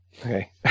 okay